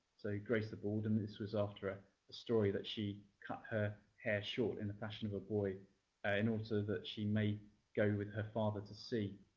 so grace the bald. and this was after a story that she cut her hair short in the fashion of a boy ah in order that she may go with her father to sea.